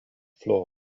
floor